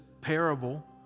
parable